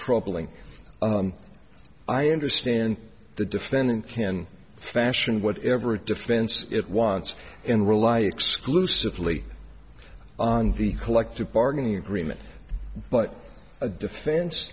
troubling i understand the defendant can fashion whatever defense it wants and rely exclusively on the collective bargaining agreement but a defense